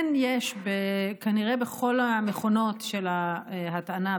כן יש כנראה בכל המכונות של ההטענה,